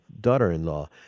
daughter-in-law